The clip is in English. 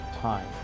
time